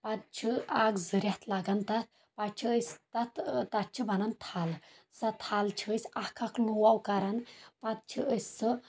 پَتہٕ چھِ اکھ زٕ رٮ۪تھ لگان تَتھ پَتہٕ چھِ أسۍ تَتھ تَتھ چھِ وَنان تھل سۄ تھل چھِ أسۍ اکھ اکھ لوو کَران پَتہٕ چھِ أسۍ سُہ